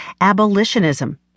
abolitionism